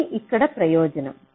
ఇది ఇక్కడి ప్రయోజనం